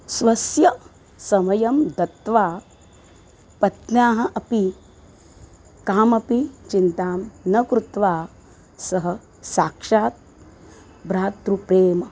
स्वस्य समयं दत्वा पत्न्याः अपि कामपि चिन्तां न कृत्वा सः साक्षात् भ्रातृप्रेमा